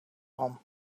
one